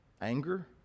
anger